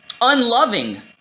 Unloving